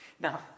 Now